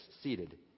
seated